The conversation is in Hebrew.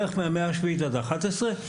בערך מהמאה השביעית ועד ה-11,